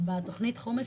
בתכנית החומש